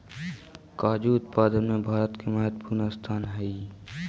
काजू उत्पादन में भारत का महत्वपूर्ण स्थान हई